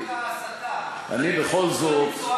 אני בכל זאת, זה חוק להסתה.